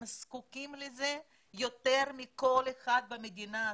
הם זקוקים לזה יותר מכל אחד במדינה הזאת.